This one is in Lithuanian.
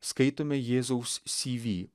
skaitome jėzaus cv